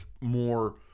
more